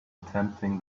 attempting